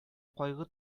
кайгы